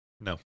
No